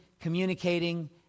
communicating